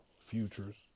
Futures